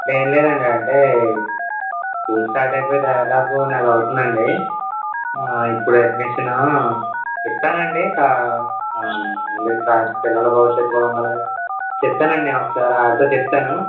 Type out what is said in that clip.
ఏం లేదండి అంటే స్కూల్ స్టార్ట్ అయిపోయి దాదాపు నెల అవుతోందండి ఆ ఇప్పుడు అడ్మిషన్ ఇస్తానండి కా కాస్త పిల్లలు భవిష్యత్తు కూడా ఉండాలిగా చెప్పానండి నేను ఒకసారి వాళ్ళతో చెప్తాను